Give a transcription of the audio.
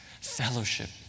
Fellowship